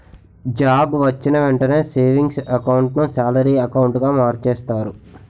job వొచ్చిన వెంటనే savings account ను సాలరీ అకౌంటుగా మార్చేస్తారు